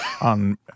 on